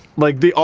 like the,